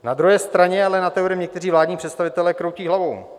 Na druhé straně ale nad tímto někteří vládní představitelé kroutí hlavou.